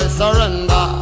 surrender